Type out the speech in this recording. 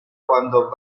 cuando